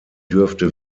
dürfte